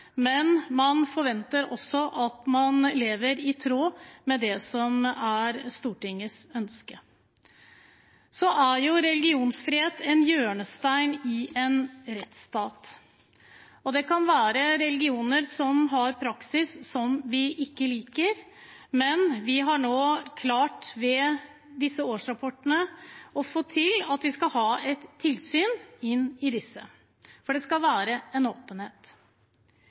men man forventer også at man lever i tråd med det som er Stortingets ønske. Religionsfrihet er en hjørnestein i en rettsstat. Det kan være religioner som har praksis som vi ikke liker, men vi har nå klart, ved disse årsrapportene, å få til at vi skal ha et tilsyn med dem, for det skal være en åpenhet.